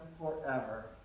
forever